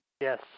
Yes